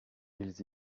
ils